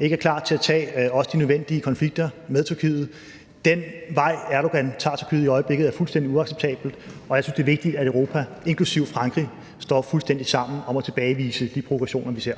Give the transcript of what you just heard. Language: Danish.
ikke er klar til at tage også de nødvendige konflikter med Tyrkiet. Den vej, som Erdogan leder Tyrkiet henad i øjeblikket, er fuldstændig uacceptabel, og jeg synes, det er vigtigt, at Europa, inklusive Frankrig, står fuldstændig sammen om at tilbagevise de provokationer, som vi ser.